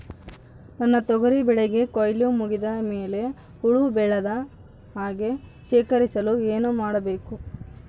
ನನ್ನ ತೊಗರಿ ಬೆಳೆಗೆ ಕೊಯ್ಲು ಮುಗಿದ ಮೇಲೆ ಹುಳು ಬೇಳದ ಹಾಗೆ ಶೇಖರಿಸಲು ಏನು ಮಾಡಬೇಕು?